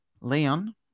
Leon